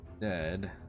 dead